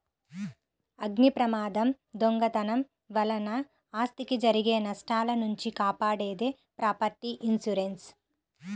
అగ్నిప్రమాదం, దొంగతనం వలన ఆస్తికి జరిగే నష్టాల నుంచి కాపాడేది ప్రాపర్టీ ఇన్సూరెన్స్